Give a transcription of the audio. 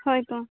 ᱦᱳᱭ ᱛᱚ